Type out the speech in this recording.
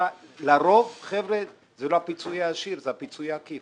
לרוב זה לא הפיצוי הישיר אלא זה הפיצוי העקיף.